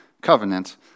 covenant